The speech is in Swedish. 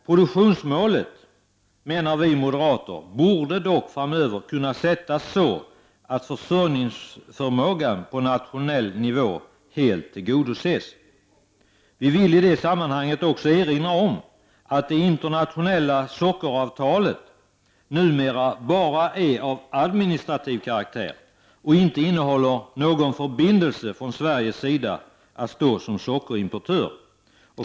Produktionsmålet, menar vi moderater, borde dock framöver kunna sättas så att försörjningsförmågan på nationell nivå helt tillgodoses. Vi vill i det sammanhanget erinra om att det internationella sockeravtalet numera bara är av administrativ karaktär och inte innehåller någon förbindelse från Sveriges sida att stå som sockerimportör.